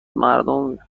مردم